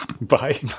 Bye